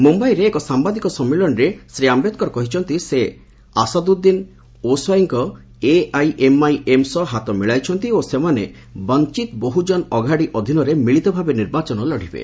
ମୁମ୍ୟାଇରେ ଏକ ସାମ୍ଭାଦିକ ସମ୍ମିଳନୀରେ ଶ୍ରୀ ଆମ୍ଭେଦ୍କର କହିଛନ୍ତି ସେ ଅସାଦୁନ୍ଦିନ୍ ଓୱାଇସିଙ୍କ ଏଆଇଏମ୍ଆଇଏମ୍ ସହ ହାତ ମିଳାଇଛନ୍ତି ଓ ସେମାନେ ବଞ୍ଚତ ବହୁଜନ ଅଘାଡ଼ି ଅଧୀନରେ ମିଳିତ ଭାବେ ନିର୍ବାଚନ ଲଢ଼ିବେ